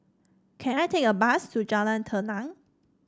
can I take a bus to Jalan Tenang